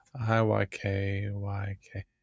I-Y-K-Y-K